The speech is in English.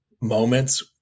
moments